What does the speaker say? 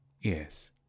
yes